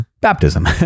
Baptism